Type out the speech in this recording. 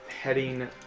heading